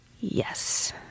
Yes